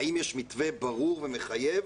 האם יש מתווה ברור ומחייב,